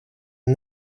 him